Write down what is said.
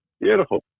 Beautiful